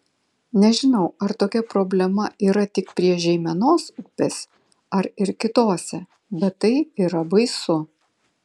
nežinau ar tokia problema yra tik prie žeimenos upės ar ir kitose bet tai yra baisu